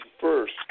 first